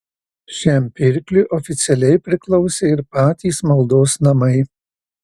šiam pirkliui oficialiai priklausė ir patys maldos namai